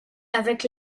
avec